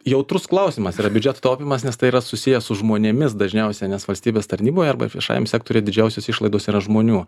jautrus klausimas yra biudžeto taupymas nes tai yra susiję su žmonėmis dažniausiai nes valstybės tarnyboje arba viešajam sektoriuje didžiausios išlaidos yra žmonių